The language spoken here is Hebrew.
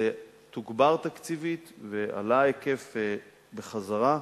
זה תוגבר תקציבית ועלה ההיקף בחזרה.